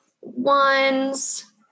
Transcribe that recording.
ones